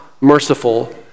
merciful